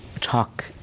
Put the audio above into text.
talk